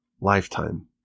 lifetime